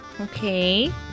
Okay